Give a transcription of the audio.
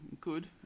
good